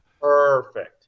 perfect